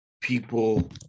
people